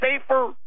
safer